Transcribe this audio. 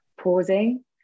pausing